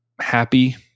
happy